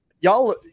y'all